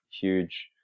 huge